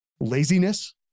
laziness